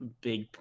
big